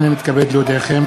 הנני מתכבד להודיעכם,